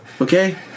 Okay